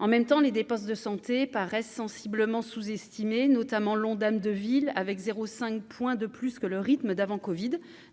en même temps, les dépenses de santé paraissent sensiblement sous-estimé, notamment l'Ondam de ville avec 0 5 point de plus que le rythme d'avant Covid